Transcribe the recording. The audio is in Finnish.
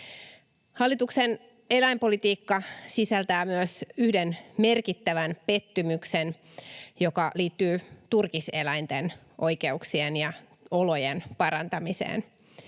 Hallituksen eläinpolitiikka sisältää myös yhden merkittävän pettymyksen, joka liittyy turkiseläinten oikeuksien ja olojen parantamiseen.